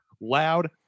loud